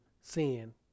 sin